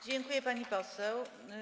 Dziękuję, pani poseł.